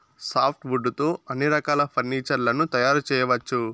soft wood తో అన్ని రకాల ఫర్నీచర్ లను తయారు చేయవచ్చు